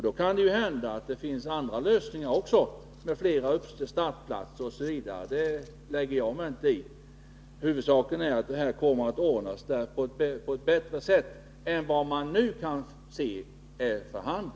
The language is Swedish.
Då kan det hända att det finns också andra lösningar, flera startplatser osv. — det lägger inte jag mig i. Huvudsaken är att det kan ordnas på ett bättre sätt än vad det nu tycks vara fråga om.